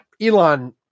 Elon